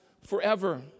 forever